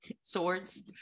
swords